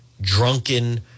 drunken